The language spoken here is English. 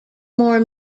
more